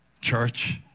church